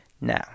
Now